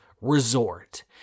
resort